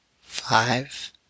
five